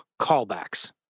callbacks